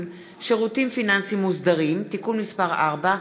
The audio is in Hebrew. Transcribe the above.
(שירותים פיננסיים מוסדרים) (תיקון מס' 4),